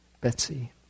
Betsy